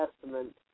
Testament